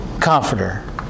comforter